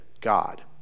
God